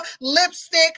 lipstick